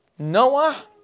Noah